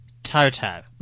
Toto